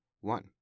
one